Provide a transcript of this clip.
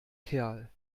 kerl